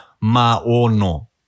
Maono